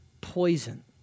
poison